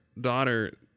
daughter